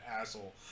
asshole